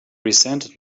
resented